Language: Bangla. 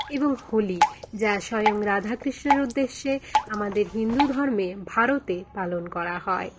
এবং হোলি যা স্বয়ং রাধা কৃষ্ণের উদ্দেশ্যে আমাদের হিন্দু ধর্মে ভারতে পালন করা হয়